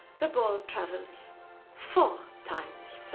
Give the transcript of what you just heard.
the ball travels four times